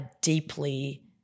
deeply